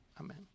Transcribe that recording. amen